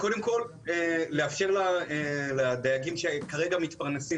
קודם כול לאפשר לדייגים שכרגע מתפרנסים